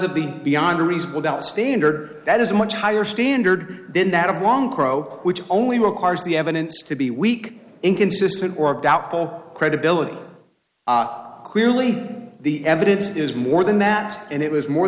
of the beyond a reasonable doubt standard that is a much higher standard than that of a wrong pro which only requires the evidence to be weak inconsistent or doubtful credibility clearly the evidence is more than that and it was more